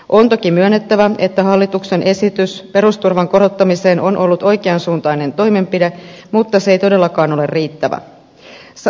on toki myönnettävä että hallituksen esitys perusturvan korottamiseksi on ollut oikeansuuntainen toimenpide mutta se ei todellakaan ole riittävä